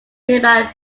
nearby